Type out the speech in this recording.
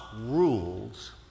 rules